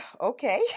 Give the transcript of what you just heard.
Okay